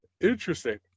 Interesting